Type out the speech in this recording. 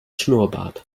schnurrbart